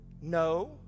No